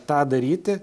tą daryti